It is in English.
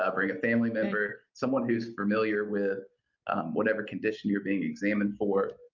ah bring a family member, someone who's familiar with whatever condition you're being examined for,